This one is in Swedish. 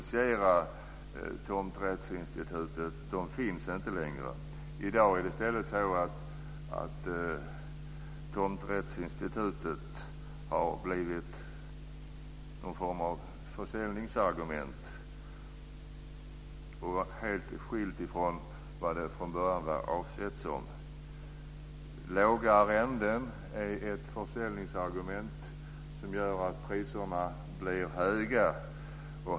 Tomträttsinstitutet har i stället skapat ett slags försäljningsargument, vilket från början inte alls var avsikten. Låga arrenden är ett försäljningsargument som gör att priserna blir höga.